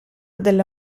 della